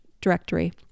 directory